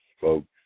folks